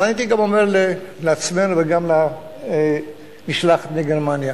אבל הייתי גם אומר לעצמנו, וגם למשלחת מגרמניה: